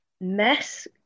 mess